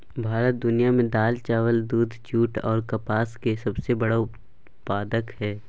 भारत दुनिया में दाल, चावल, दूध, जूट आर कपास के सबसे बड़ा उत्पादक हय